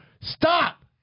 Stop